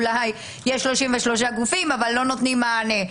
יש אולי 33 גופים אבל הם לא נותנים מענה,